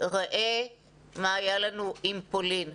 רְאה מה היה לנו עם פולין.